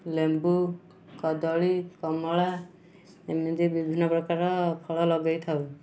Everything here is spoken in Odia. ଲେମ୍ବୁ କଦଳୀ କମଳା ଏମିତି ବିଭିନ୍ନ ପ୍ରକାର ଫଳ ଲଗାଇଥାଉ